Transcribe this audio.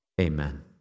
Amen